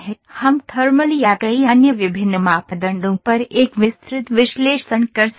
हम थर्मल या कई अन्य विभिन्न मापदंडों पर एक विस्तृत विश्लेषण कर सकते हैं